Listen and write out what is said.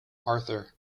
arthur